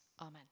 amen